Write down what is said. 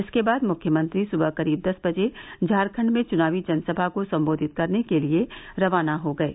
इसके बाद मुख्यमंत्री सुबह करीब दस बजे झारखंड में चुनावी जनसभा को संबोधित करने के लिए रवाना हो गये